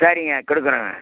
சரிங்க குடுக்கிறேங்க